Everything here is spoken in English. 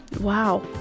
Wow